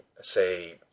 say